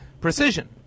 precision